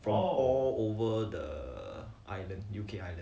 from all over the island U_K island